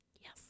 yes